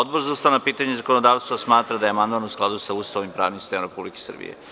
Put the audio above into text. Odbor za ustavna pitanja i zakonodavstvo smatra da je amandman u skladu sa Ustavom i pravnim sistemom Republike Srbije.